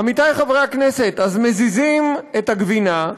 עמיתי חברי הכנסת, אז מזיזים את הגבינה,